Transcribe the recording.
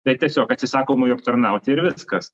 tai tiesiog atsisakoma jų aptarnauti ir viskas